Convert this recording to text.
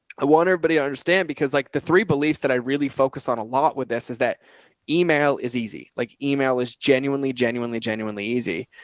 i want everybody to understand because like the three beliefs that i really focused on a lot with this is that email is easy. like email is genuinely, genuinely, genuinely easy.